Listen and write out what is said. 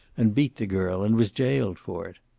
and beat the girl and was jailed for it?